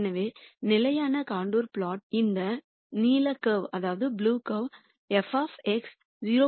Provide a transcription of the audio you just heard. எனவே நிலையான contour plot இந்த நீல கர்வ் f 0